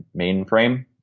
mainframe